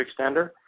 extender